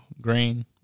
green